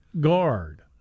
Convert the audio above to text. guard